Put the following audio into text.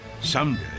Someday